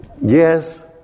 yes